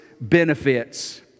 benefits